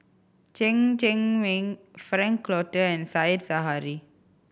Chen Cheng Mei Frank Cloutier and Said Zahari